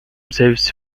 service